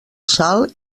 sal